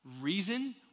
reason